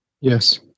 Yes